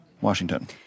Washington